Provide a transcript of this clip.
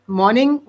morning